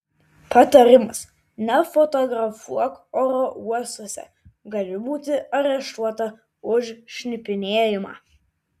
patarimas nefotografuok oro uostuose gali būti areštuota už šnipinėjimą